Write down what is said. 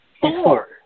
four